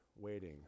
waiting